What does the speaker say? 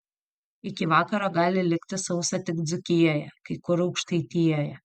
iki vakaro gali likti sausa tik dzūkijoje kai kur aukštaitijoje